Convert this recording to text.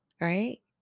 right